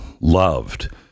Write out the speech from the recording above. loved